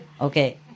Okay